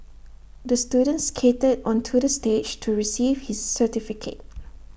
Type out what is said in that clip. the student skated onto the stage to receive his certificate